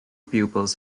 pupils